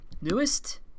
newest